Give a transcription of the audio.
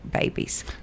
babies